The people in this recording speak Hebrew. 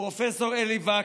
פרופ' אלי וקסמן,